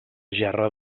gerra